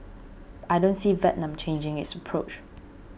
I don't see Vietnam changing its approach